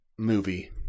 Movie